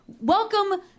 Welcome